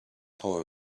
our